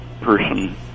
person